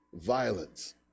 Violence